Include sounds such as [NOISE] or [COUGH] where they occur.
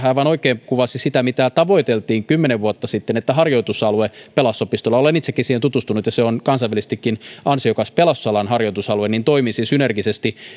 [UNINTELLIGIBLE] aivan oikein kuvasi sitä mitä tavoiteltiin kymmenen vuotta sitten että harjoitusalue pelastusopistolla olen itsekin siihen tutustunut se on kansainvälisestikin ansiokas pelastusalan harjoitusalue toimisi synergisesti